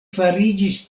fariĝis